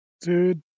Dude